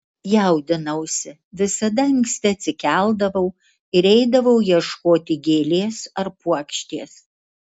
jaudinausi visada anksti atsikeldavau ir eidavau ieškoti gėlės ar puokštės